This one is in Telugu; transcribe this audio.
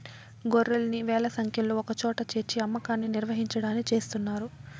గొర్రెల్ని వేల సంఖ్యలో ఒకచోట చేర్చి అమ్మకాన్ని నిర్వహించడాన్ని చేస్తున్నారు